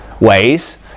ways